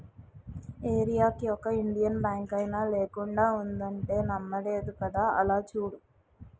ఏరీయాకి ఒక ఇండియన్ బాంకైనా లేకుండా ఉండదంటే నమ్మలేదు కదా అలా చూడు